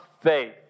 faith